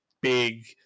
big